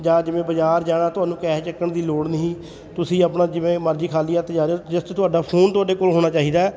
ਜਾਂ ਜਿਵੇਂ ਬਾਜ਼ਾਰ ਜਾਣਾ ਤੁਹਾਨੂੰ ਕੈਸ਼ ਚੱਕਣ ਦੀ ਲੋੜ ਨਹੀਂ ਤੁਸੀਂ ਆਪਣਾ ਜਿਵੇਂ ਮਰਜ਼ੀ ਖਾਲੀ ਹੱਥ ਜਾ ਰਹੇ ਜਿਸ 'ਚ ਤੁਹਾਡਾ ਫੋਨ ਤੁਹਾਡੇ ਕੋਲ ਹੋਣਾ ਚਾਹੀਦਾ